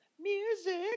music